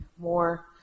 more